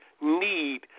need